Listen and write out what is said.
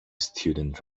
student